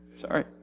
sorry